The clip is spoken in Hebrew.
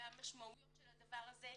מהמשמעויות של הדבר הזה.